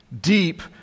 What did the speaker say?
deep